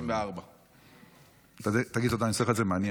34. תגיד תודה, אני עושה לך את זה מעניין.